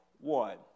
one